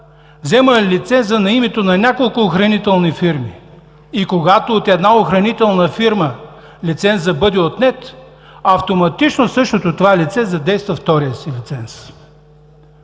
взема лиценза на името на няколко охранителни фирми, и когато от една охранителна фирма лицензът бъде отнет, автоматично същото това лице задейства втория си лиценз.